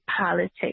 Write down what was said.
politics